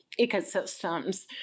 ecosystems